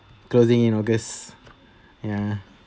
closing in august ya